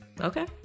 Okay